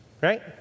Right